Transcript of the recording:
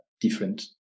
different